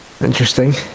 interesting